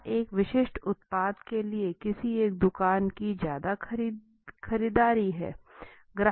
क्या एक विशिष्ट उत्पाद के लिए किसी एक दूकान की ज़्यादा खरीदारी है